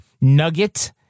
nugget